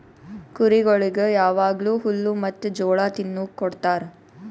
ಕುರಿಗೊಳಿಗ್ ಯಾವಾಗ್ಲೂ ಹುಲ್ಲ ಮತ್ತ್ ಜೋಳ ತಿನುಕ್ ಕೊಡ್ತಾರ